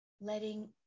letting